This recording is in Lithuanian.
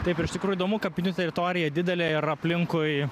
taip ir iš tikrųjų įdomu kapinių teritorija didelė ir aplinkui